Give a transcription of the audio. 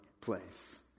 place